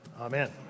Amen